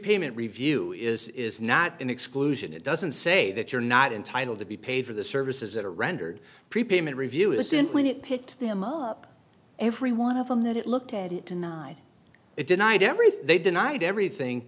prepayment review is not an exclusion it doesn't say that you're not entitled to be paid for the services that are rendered pre payment review is in when it picked them up every one of them that it looked at it denied it denied everything they denied everything